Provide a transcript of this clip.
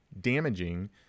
damaging